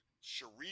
sharif